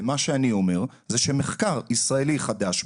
ומה שאני אומר זה שמחקר ישראלי חדש,